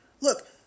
Look